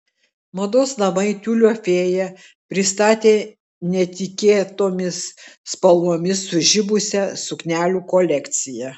mados namai tiulio fėja pristatė netikėtomis spalvomis sužibusią suknelių kolekciją